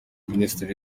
minisitiri